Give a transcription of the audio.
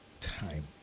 time